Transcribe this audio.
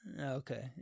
Okay